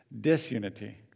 disunity